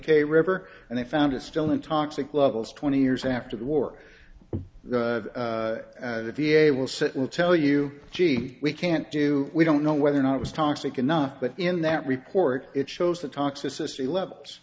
k river and they found it still in toxic levels twenty years after the war the v a will sit will tell you gee we can't do we don't know whether or not it was toxic enough but in that report it shows the toxicity levels